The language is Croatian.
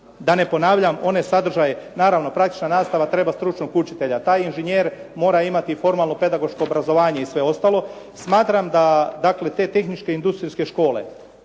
da ne ponavljam onaj sadržaj, naravno praktična nastava treba stručnog učitelja. Taj inženjer mora imati formalno pedagoško obrazovanje i sve ostalo. Smatram da dakle te tehničke industrijske škole